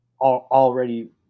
already